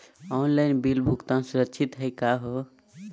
Online bill भुगतान सुरक्षित हई का हो?